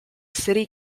city